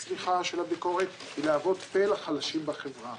של הביקורת היא להוות פה לחלשים בחברה.